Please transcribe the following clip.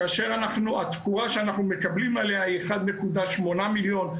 כאשר התקורה שאנחנו מקבלים עליה היא אחד נקודה שמונה מיליון,